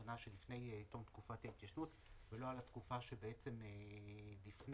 השנה לפני תום תקופת ההתיישנות ולא לתקופה שבעצם לפני,